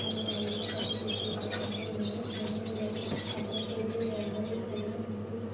அந்த மாதிரிலாம் கட்டிக் கொடுத்துக்கிட்ருக்காங்க இதனால குழந்தைகள் அப்புறம் பெரியவர்கள் எல்லாம் வந்து